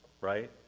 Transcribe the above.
right